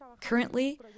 Currently